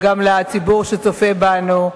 וגם לציבור שצופה בנו,